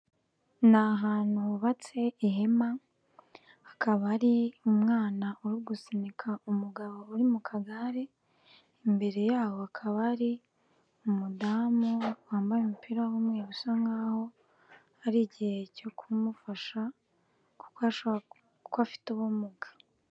Ni ahantu hubatse ihema akaba ari umwana uri gusunika umugabo uri mu kagare imbere yabo hakaba hari umudamu wambaye umupira w'umweru bisa nkaho hari igihe cyo kumufasha kuko afite ubumuga.